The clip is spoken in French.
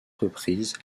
reprises